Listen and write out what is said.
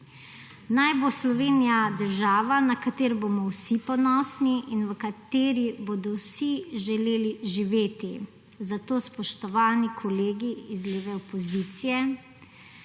Naj bo Slovenija država, na katero bomo vsi ponosni in v kateri bodo vsi želeli živeti. Zato, spoštovani kolegi iz leve opozicije,